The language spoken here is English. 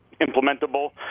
implementable